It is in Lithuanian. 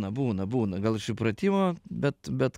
na būna būna gal iš įpratimo bet bet